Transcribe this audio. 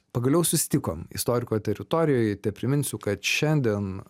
pagaliau susitikom istoriko teritorijoj tepriminsiu kad šiandien